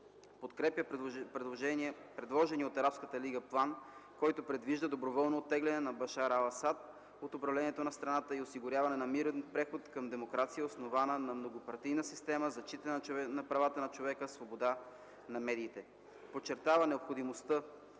Подкрепя предложения от Арабската лига план, който предвижда доброволно оттегляне на Башар ал Асад от управлението на страната и осигуряване на мирен преход към демокрация, основана на многопартийна система, зачитане на правата на човека, свобода на медиите. . Подчертава необходимостта